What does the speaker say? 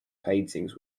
paintings